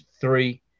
three